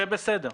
זה בסדר.